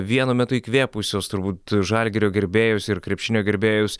vienu metu įkvėpusios turbūt žalgirio gerbėjus ir krepšinio gerbėjus